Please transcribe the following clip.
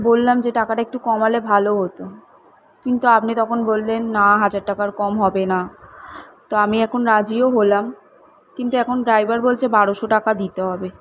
বললাম যে টাকাটা একটু কমালে ভালো হতো কিন্তু আপনি তখন বললেন না হাজার টাকার কম হবে না তো আমি এখন রাজিও হলাম কিন্তু এখন ড্রাইভার বলছে বারোশো টাকা দিতে হবে